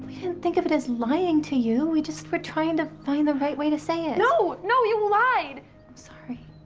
we didn't think of it as lying to you. we just were trying to find the right way to say it. no. no, you lied. i'm sorry.